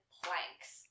planks